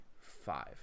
Five